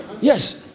Yes